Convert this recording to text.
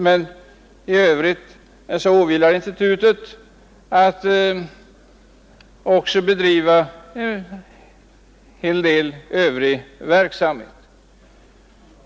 Men sedan åvilar det också institutet att bedriva viss annan verksamhet.